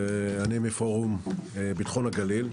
אני מפורום ביטחון הגליל.